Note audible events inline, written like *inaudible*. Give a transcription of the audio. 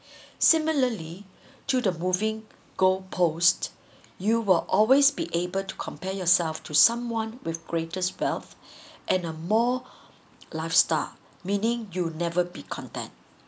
*breath* similarly to the moving goal post you will always be able to compare yourself to someone with greatest wealth *breath* and a more lifestyle meaning you'll never be content